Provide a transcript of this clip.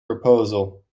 proposal